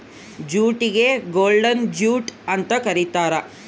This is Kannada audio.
ಜೂಟಿಗೆ ಗೋಲ್ಡನ್ ಜೂಟ್ ಅಂತ ಕರೀತಾರ